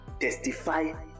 Testify